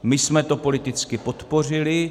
My jsme to politicky podpořili.